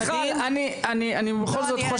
מיכל, אני בכל זאת חושב.